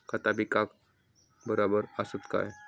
खता पिकाक बराबर आसत काय?